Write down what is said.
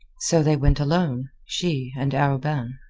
so they went alone, she and arobin.